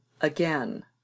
again